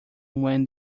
when